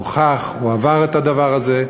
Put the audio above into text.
הוכח, הוא עבר את הדבר הזה.